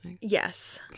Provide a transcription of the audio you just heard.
yes